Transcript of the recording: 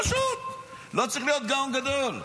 פשוט, לא צריך להיות גאון גדול.